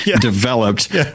developed